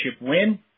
win